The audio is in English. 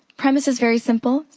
premise is very simple.